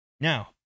Now